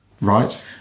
Right